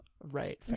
Right